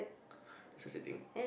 there's such a thing